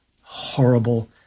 horrible